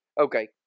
okay